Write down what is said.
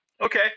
Okay